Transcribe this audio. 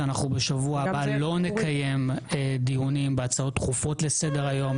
שאנחנו בשבוע הבא לא נקיים דיונים בהצעות דחופות לסדר-היום,